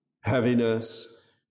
heaviness